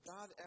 God